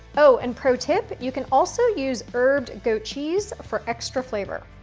oh, and pro tip. you can also use herbed goat cheese for extra flavor.